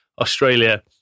Australia